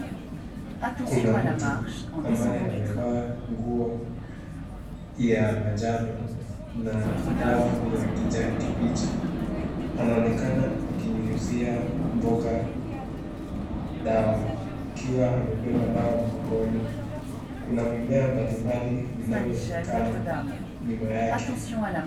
Kuna mtu ambaye amevaa nguo ya manjano na glavu za kijani kibichi. Anaonekana akinyunyuzia mboga dawa. Akiwa amebeba dawa mgongoni, kuna mimea mbalimbali vinavyoonekana nyuma yake.